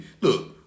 Look